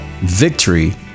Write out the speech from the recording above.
victory